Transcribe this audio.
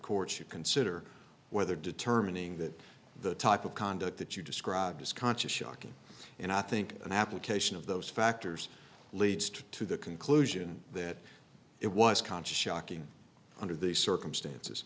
court should consider whether determining that the type of conduct that you described is conscious shocking and i think an application of those factors leads to to the conclusion that it was conscious shocking under the circumstances